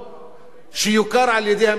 שיוכר על-ידי המדינה.